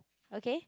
okay